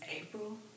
April